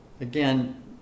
Again